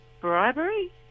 bribery